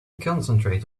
concentrate